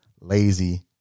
lazy